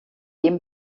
dem